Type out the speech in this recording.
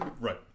Right